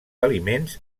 aliments